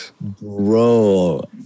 Bro